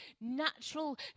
natural